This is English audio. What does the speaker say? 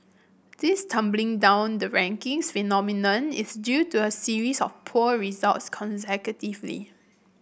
this tumbling down the rankings phenomenon is due to a series of poor results consecutively